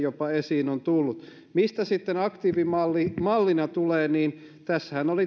esiin on tullut mistä sitten aktiivimalli mallina tulee niin tässähän oli